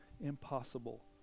impossible